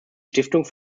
stiftung